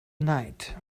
night